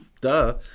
duh